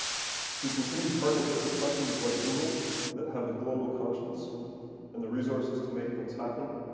through continued partnership with companies like google that have a global conscience and the resources to make things happen,